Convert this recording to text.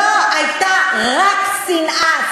לא הייתה רק שנאה,